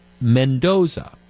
Mendoza